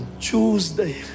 Tuesday